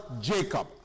Jacob